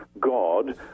God